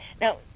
Now